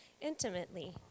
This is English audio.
intimately